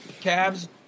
calves